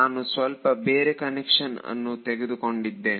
ನಾನು ಸ್ವಲ್ಪ ಬೇರೆ ಕನ್ವೆನ್ಷನ್ ಅನ್ನು ತೆಗೆದುಕೊಂಡಿದ್ದೇನೆ